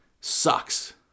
sucks